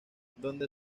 donde